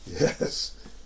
Yes